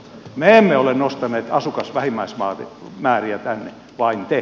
me emme ole nostaneet asukasvähimmäismääriä tänne vaan te